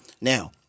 Now